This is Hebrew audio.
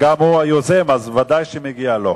היוזם, שוודאי מגיע לו.